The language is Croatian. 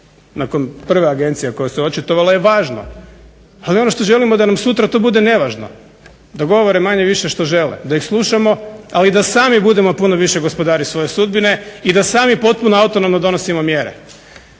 nakon prve agencije koje su očitovale je važno. Ali ono što želimo da nam to sutra bude nevažno, da govore manje-više što žele, da ih slušamo, ali i da sami budemo puno više gospodari svoje sudbine i da sami potpuno autonomno donosimo mjere.